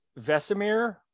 Vesemir